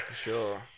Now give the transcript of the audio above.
Sure